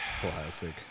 Classic